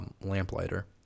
Lamplighter